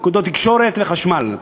נקודות תקשורת וחשמל.